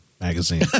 Magazine